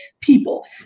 people